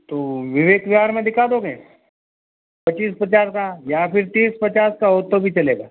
तो विवेक विहार में दिखा दोगे पचीस पचास का या फिर तीस पचास का हो तो भी चलेगा